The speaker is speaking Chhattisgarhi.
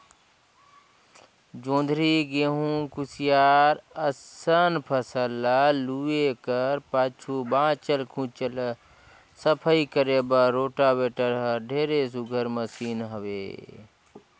जोंधरी, गहूँ, कुसियार असन फसल ल लूए कर पाछू बाँचल खुचल ल सफई करे बर रोटावेटर हर ढेरे सुग्घर मसीन हवे